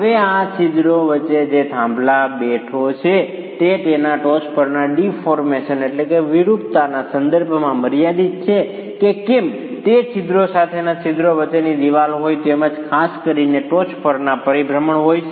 હવે આ છિદ્રો વચ્ચે જે થાંભલો બેઠો છે તે તેના ટોચ પરના ડીફોર્મેસન વિરૂપતાના સંદર્ભમાં મર્યાદિત છે કેમ કે તે છિદ્રો સાથેના છિદ્રો વચ્ચેની દિવાલ હોય તેમજ ખાસ કરીને ટોચ પરના પરિભ્રમણ હોય છે